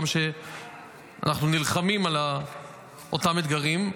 ואנחנו נלחמים על אותם אתגרים.